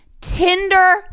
Tinder